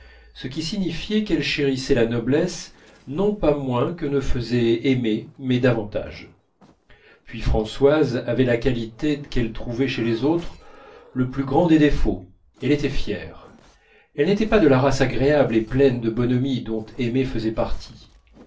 ce qui signifiait qu'elle chérissait la noblesse non pas moins que ne faisait aimé mais davantage puis françoise avait la qualité qu'elle trouvait chez les autres le plus grand des défauts elle était fière elle n'était pas de la race agréable et pleine de bonhomie dont aimé faisait partie